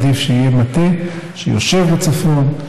לכן עדיף שיהיה מטה שיושב בצפון,